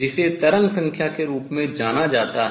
जिसे तरंग संख्या के रूप में जाना जाता है